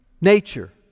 nature